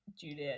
Juliet